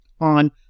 On